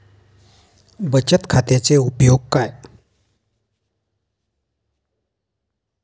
बचत खात्याचे काय काय उपयोग आहेत?